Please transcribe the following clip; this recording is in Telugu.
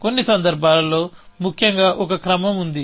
కొన్ని సందర్భాల్లో ముఖ్యంగా ఒక క్రమం ఉంది